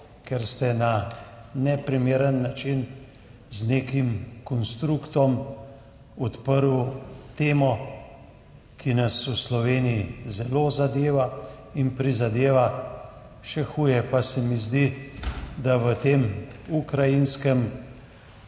ker ste na neprimeren način z nekim konstruktom odprli temo, ki nas v Sloveniji zelo zadeva in prizadeva. Še huje pa se mi zdi, da v tem ukrajinsko-ruskem